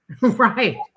Right